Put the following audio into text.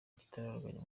igitaraganya